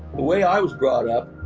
way i was brought up,